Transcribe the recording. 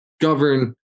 govern